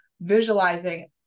visualizing